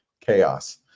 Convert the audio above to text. chaos